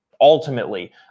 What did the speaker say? Ultimately